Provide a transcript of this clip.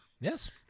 Yes